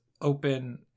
open